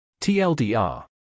TLDR